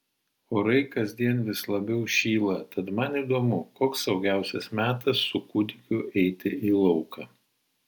orai kasdien vis labiau šyla tad man įdomu koks saugiausias metas su kūdikiu eiti į lauką